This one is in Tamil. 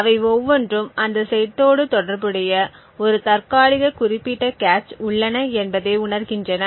அவை ஒவ்வொன்றும் அந்த செட்டோடு தொடர்புடைய ஒரு தற்காலிக குறிப்பிட்ட கேச் உள்ளன என்பதை உணர்கின்றன